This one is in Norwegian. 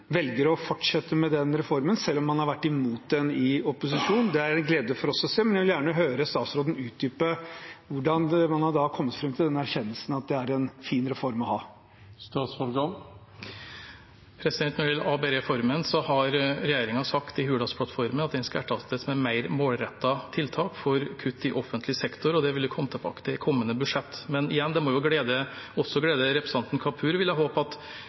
velger å fortsette med reformen selv om man har vært imot den i opposisjon. Det er en glede for oss å se, men jeg vil gjerne høre statsråden utdype hvordan man har kommet fram til den erkjennelsen at det er en fin reform å ha. Når det gjelder ABE-reformen, har regjeringen sagt i Hurdalsplattformen at den skal erstattes med mer målrettede tiltak for kutt i offentlig sektor, og det vil vi komme tilbake til i kommende budsjett. Men igjen: Det må jo også glede representanten Kapur, vil jeg håpe, at